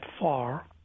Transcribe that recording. far